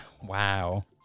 Wow